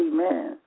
Amen